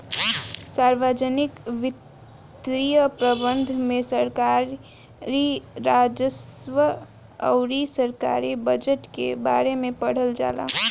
सार्वजनिक वित्तीय प्रबंधन में सरकारी राजस्व अउर सरकारी बजट के बारे में पढ़ल जाला